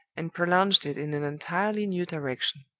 and prolonged it in an entirely new direction.